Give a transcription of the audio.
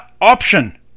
option